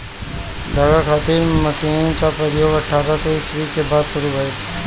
धागा खातिर मशीन क प्रयोग अठारह सौ ईस्वी के बाद शुरू भइल